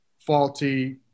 faulty